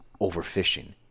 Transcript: overfishing